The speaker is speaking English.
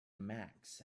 emacs